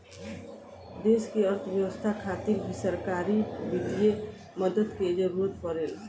देश की अर्थव्यवस्था खातिर भी सरकारी वित्तीय मदद के जरूरत परेला